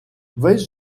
весь